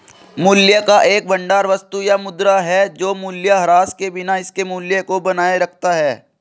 मूल्य का एक भंडार वस्तु या मुद्रा है जो मूल्यह्रास के बिना इसके मूल्य को बनाए रखता है